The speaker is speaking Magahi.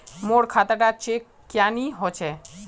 मोर खाता डा चेक क्यानी होचए?